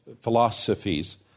philosophies